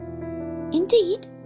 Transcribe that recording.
indeed